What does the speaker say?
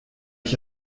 ich